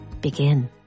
Begin